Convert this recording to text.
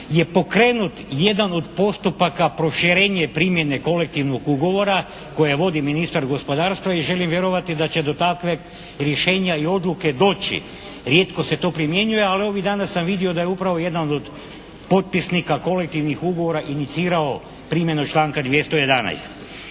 je pokrenut jedan od postupaka proširenje primjene kolektivnog ugovora kojeg vodi ministar gospodarstva i želim vjerovati da će do takvog rješenja i odluke doći. Rijetko se to ne primjenjuje ali ovih dana sam vidio da je upravo jedan od potpisnika kolektivnih ugovora inicirao primjenu članka 211.